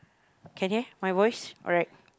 can hear my voice alright